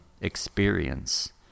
experience